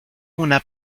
una